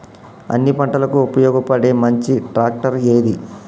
అన్ని పంటలకు ఉపయోగపడే మంచి ట్రాక్టర్ ఏది?